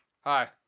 Hi